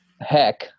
heck